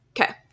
Okay